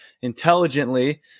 intelligently